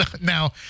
Now